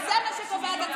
מה שאתם רוצים?